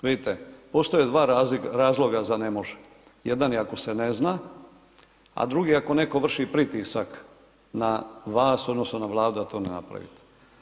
Vidite, postoje dva razloga za ne može, jedan je ako se ne zna a drugi ako netko vrši pritisak na vas odnosno na Vladu da to ne napravite.